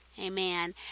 amen